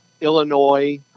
Illinois